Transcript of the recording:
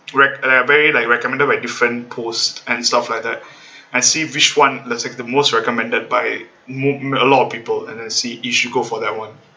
rec~ that are very like recommended by different posts and stuff like that and see which one let's say the most recommended by mo~ a lot of people and see you should go for that one